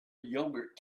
yogurt